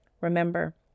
Remember